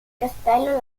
castello